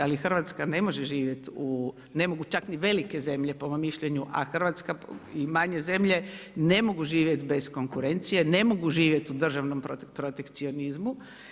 Ali Hrvatska ne može živjeti u, ne mogu čak ni velike zemlje po mom mišljenju, a Hrvatska i manje zemlje ne mogu živjet bez konkurencije, ne mogu živjet u državnom protekcionizmu.